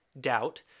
doubt